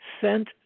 sent